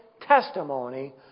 testimony